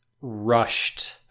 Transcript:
rushed